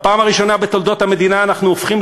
בפעם הראשונה בתולדות המדינה אנחנו הופכים